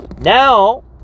Now